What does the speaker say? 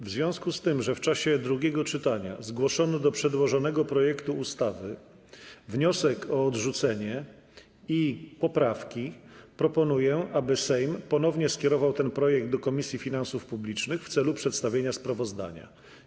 W związku z tym, że w czasie drugiego czytania zgłoszono do przedłożonego projektu ustawy wniosek o odrzucenie i poprawki, proponuję, aby Sejm ponownie skierował ten projekt do Komisji Finansów Publicznych w celu przedstawienia sprawozdania.